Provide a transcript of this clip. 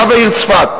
רב העיר צפת,